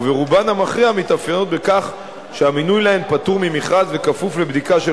וברובן המכריע מתאפיינות בכך שהמינוי להן פטור ממכרז וכפוף לבדיקה של